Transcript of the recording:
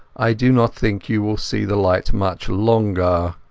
i do not think you will see the light much longer